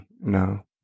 no